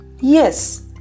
Yes